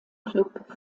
club